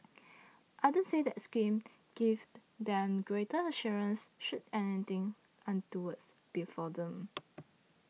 others said the scheme gave them greater assurance should anything untoward befall them